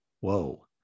Whoa